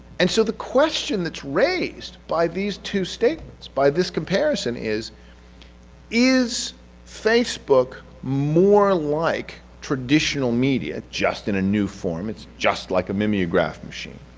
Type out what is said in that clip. and so the question that's raised by these two statements, by this comparison is is facebook more like traditional media, just in a new form it's just like a mimeograph machine,